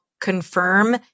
confirm